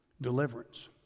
deliverance